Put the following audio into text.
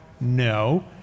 No